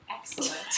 Excellent